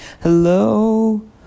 Hello